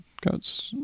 got